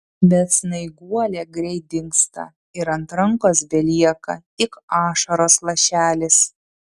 bet snaiguolė greit dingsta ir ant rankos belieka tik ašaros lašelis